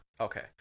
okay